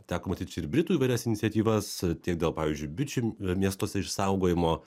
teko matyt čia ir britų įvairias iniciatyvas tiek dėl pavyzdžiui bičių miestuose išsaugojimo